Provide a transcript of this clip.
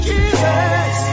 Jesus